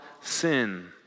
sin